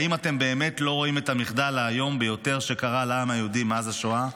האם אתם באמת לא רואים את המחדל האיום ביותר שקרה לעם היהודי מאז השואה?